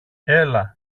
έλα